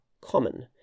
common